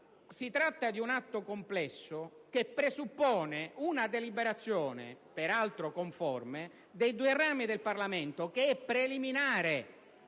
pertanto di un atto complesso, che presuppone una deliberazione, peraltro conforme, dei due rami del Parlamento, che è preliminare